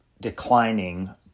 declining